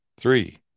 Three